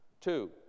Two